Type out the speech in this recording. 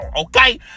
okay